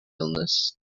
illness